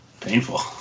Painful